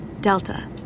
Delta